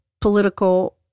political